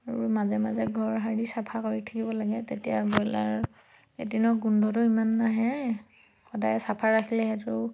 আৰু মাজে মাজে ঘৰ সাৰি চাফা কৰি থাকিব লাগে তেতিয়া ব্ৰইলাৰ এদিনৰ গোন্ধটো ইমান নাহে সদায় চাফা ৰাখিলে সেইটো